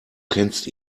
kennst